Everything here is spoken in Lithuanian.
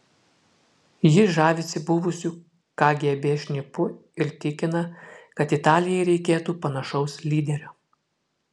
ji žavisi buvusiu kgb šnipu ir tikina kad italijai reikėtų panašaus lyderio